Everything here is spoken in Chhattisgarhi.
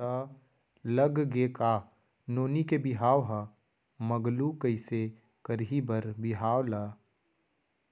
त लग गे का नोनी के बिहाव ह मगलू कइसे करही बर बिहाव ला